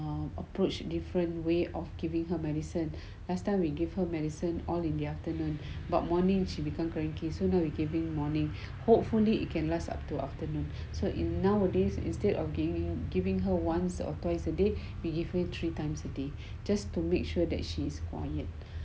approach different way of giving her medicine last time we give her medicine all in the afternoon about morning she become cranky sooner you giving morning hopefully it can last up to afternoon so in nowadays instead of giving giving her once or twice a day be give me three times a day just to make sure that she is quiet